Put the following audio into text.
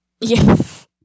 yes